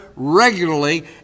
Regularly